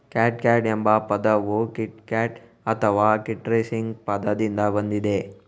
catgut ಎಂಬ ಪದವು kitgut ಅಥವಾ ಕಿಟ್ಸ್ಟ್ರಿಂಗ್ ಪದದಿಂದ ಬಂದಿದೆ